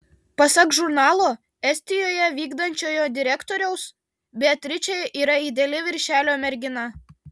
pasak žurnalo estijoje vykdančiojo direktoriaus beatričė yra ideali viršelio mergina